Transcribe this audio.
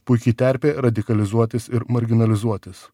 puiki terpė radikalizuotis ir marginalizuotis